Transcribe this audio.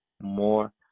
more